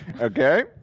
Okay